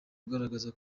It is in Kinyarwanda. agaragaza